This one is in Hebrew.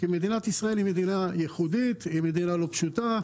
כי מדינת ישראל היא מדינה ייחודית ולא פשוטה,